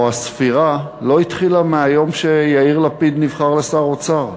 או: הספירה לא התחילה מהיום שיאיר לפיד נבחר לשר האוצר.